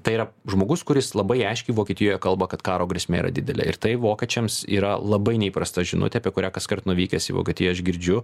tai yra žmogus kuris labai aiškiai vokietijoj kalba kad karo grėsmė yra didelė ir tai vokiečiams yra labai neįprasta žinutė apie kurią kaskart nuvykęs į vokietiją aš girdžiu